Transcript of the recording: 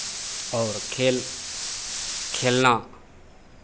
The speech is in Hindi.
और खेल खेलना